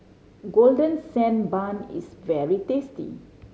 Golden Sand Bun is very tasty